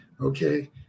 okay